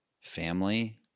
family